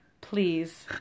please